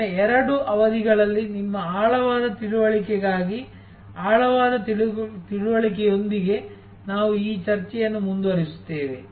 ಮುಂದಿನ ಎರಡು ಅವಧಿಗಳಲ್ಲಿ ನಿಮ್ಮ ಆಳವಾದ ತಿಳುವಳಿಕೆಗಾಗಿ ಆಳವಾದ ತಿಳುವಳಿಕೆಯೊಂದಿಗೆ ನಾವು ಈ ಚರ್ಚೆಯನ್ನು ಮುಂದುವರಿಸುತ್ತೇವೆ